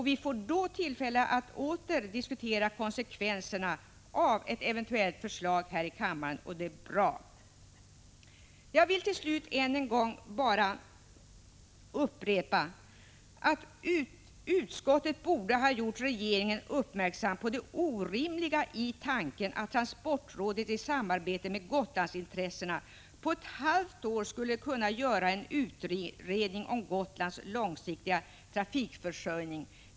Vi får då tillfälle att åter diskutera konsekvenserna av ett eventuellt förslag här i kammaren. Det är bra. Jag vill till slut än en gång upprepa att utskottet borde ha gjort regeringen uppmärksam på det orimliga i tanken att transportrådet i samarbete med Gotlandsintressena på ett halvt år skulle kunna göra en utredning om Gotlands långsiktiga trafikförsörjning.